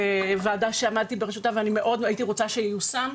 זו ועדה שעמדתי בראשה ומאוד הייתי רוצה שזה ייושם,